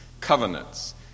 covenants